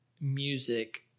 music